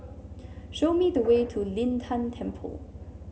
show me the way to Lin Tan Temple